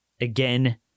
Again